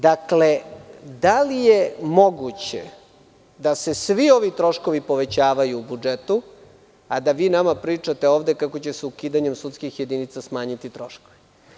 Da li je moguće da se svi ovi troškovi povećavaju u budžetu, a da vi nama pričate ovde kako će se ukidanjem sudskih jedinica smanjiti troškovi?